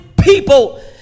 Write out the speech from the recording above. people